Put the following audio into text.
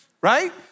right